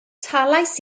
talais